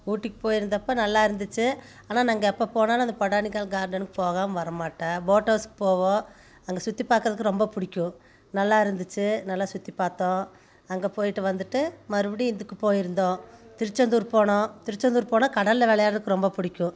ஊட்டிக்கு போய்ருந்தப்ப நல்லா இருந்துச்சு ஆனால் நாங்கள் எப்போ போனாலும் அந்த பொட்டானிக்கல் கார்டனுக்கு போகாமல் வர மாட்டோம் போட் ஹவுஸ் போவோம் அங்கே சுற்றி பாக்கிறதுக்கு ரொம்ப பிடிக்கும் நல்லா இருந்துச்சு நல்லா சுற்றி பாத்தோம் அங்கே போய்ட்டு வந்துட்டு மறுபடி இதுக்கு போய்ருந்தோம் திருச்செந்தூர் போனோம் திருச்செந்தூர் போனால் கடலில் வெளையாடுறதுக்கு ரொம்ப பிடிக்கும்